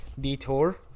detour